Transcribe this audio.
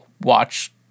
watch